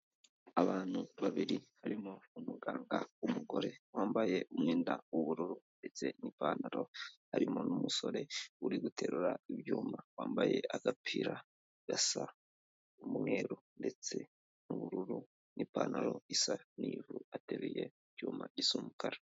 Abantu babiri barimo umuganga w'umugore wambaye umwenda w'ubururu ndetse n'ipantaro, harimo n'umusore uri guterura ibyuma wambaye agapira gasa umweru ndetse n'ubururu n'ipantaro isa n'ivu ateruye icyuma gisa umukara.